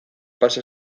pasa